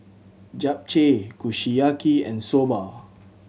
Japchae Kushiyaki and Soba